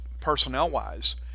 personnel-wise